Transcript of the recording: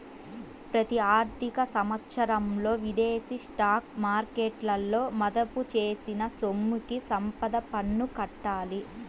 ప్రతి ఆర్థిక సంవత్సరంలో విదేశీ స్టాక్ మార్కెట్లలో మదుపు చేసిన సొమ్ముకి సంపద పన్ను కట్టాలి